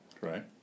Right